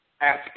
ask